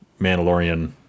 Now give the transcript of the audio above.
Mandalorian